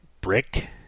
brick